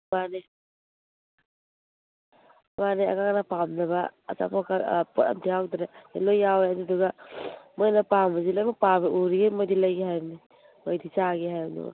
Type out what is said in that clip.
ꯃꯥꯅꯦ ꯃꯥꯅꯦ ꯑꯉꯥꯡꯅ ꯄꯥꯝꯅꯕ ꯂꯣꯏ ꯌꯥꯎꯋꯦ ꯑꯗꯨꯗꯨꯒ ꯃꯣꯏꯅ ꯄꯥꯝꯕꯁꯤ ꯂꯣꯏꯅꯃꯛ ꯄꯥꯝꯃ ꯎꯔꯤꯉꯩ ꯃꯣꯏꯗꯤ ꯂꯩꯒꯦ ꯍꯥꯏꯕꯅꯤ ꯃꯣꯏꯗꯤ ꯆꯥꯒꯦ ꯍꯥꯏꯕꯅꯤ ꯃꯣꯏ